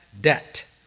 Debt